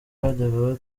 bajyaga